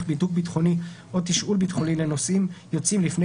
בידוק ביטחוני או תשאול ביטחוני לנוסעים יוצאים לפני